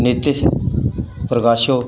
Nitish Prakasho